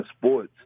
sports